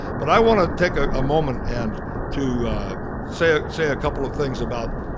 but i wanna take ah a moment and to say ah say a couple of things about,